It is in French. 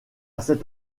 cette